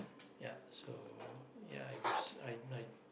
ya so ya I was I I